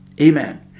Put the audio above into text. Amen